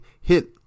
hit